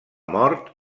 mort